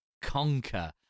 Conquer